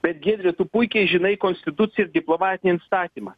bet giedriau tu puikiai žinai konstituciją ir diplomatinį įstatymą